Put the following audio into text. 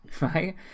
right